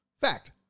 Fact